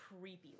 creepy